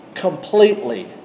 completely